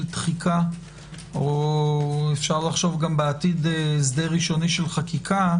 דחיקה או אפשר לחשוב גם בעתיד הסדר ראשוני של חקיקה